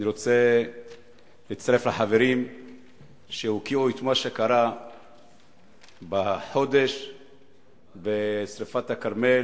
אני רוצה להצטרף לחברים שהוקיעו את מה שקרה בחודש שרפת הכרמל